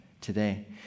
today